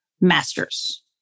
master's